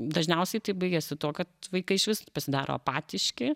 dažniausiai tai baigiasi tuo kad vaikai išvis pasidaro apatiški